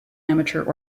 amateur